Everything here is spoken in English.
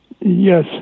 Yes